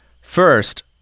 First